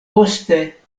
poste